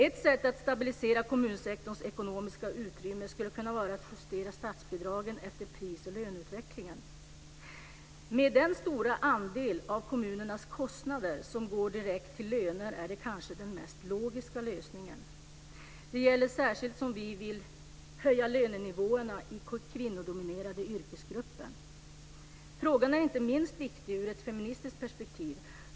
Ett sätt att stabilisera kommunsektorns ekonomiska utrymme skulle kunna vara att justera statsbidragen efter pris och löneutvecklingen. Med den stora andel av kommunernas kostnader som går direkt till löner är det kanske den mest logiska lösningen - särskilt som vi vill höja lönenivåerna i kvinnodominerade yrkesgrupper. Frågan är inte minst viktig ur ett feministiskt perspektiv.